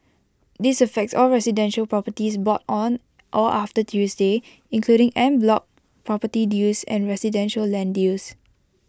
this affects all residential properties bought on or after Tuesday including en bloc property deals and residential land deals